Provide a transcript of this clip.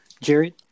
Jared